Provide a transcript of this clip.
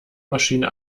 maschine